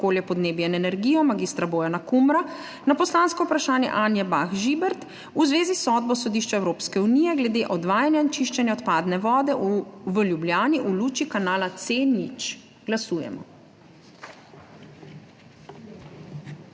okolje, podnebje in energijo mag. Bojana Kumra na poslansko vprašanje Anje Bah Žibert v zvezi s sodbo Sodišča Evropske unije glede odvajanja in čiščenja odpadne vode v Ljubljani v luči kanala C0. Glasujemo.